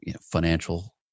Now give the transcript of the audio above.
financial